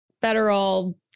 federal